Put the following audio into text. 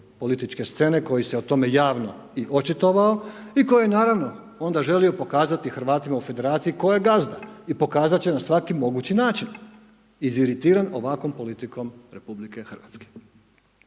političke scene koji se o tome javno i očitovao i koji je naravno onda želio pokazati Hrvatima u federaciji ko je gazda i pokazat će na svaki mogući način, iz iritiran ovakvom politikom RH. Prema tome